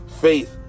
Faith